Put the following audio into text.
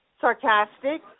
sarcastic